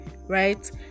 right